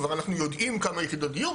כבר אנחנו יודעים כמה יחידות דיור,